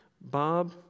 Bob